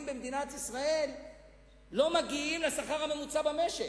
במדינת ישראל לא מגיעים לשכר הממוצע במשק.